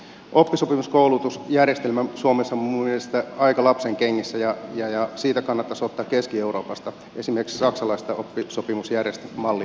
oppisopimuskoulutusjärjestelmä suomessa on minun mielestäni aika lapsenkengissä ja siinä kannattaisi ottaa keski euroopasta esimerkiksi saksalaisesta oppisopimusjärjestelmästä mallia myöskin meille suomeen